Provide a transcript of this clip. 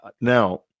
now